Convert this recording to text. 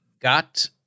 got